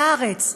ב"הארץ".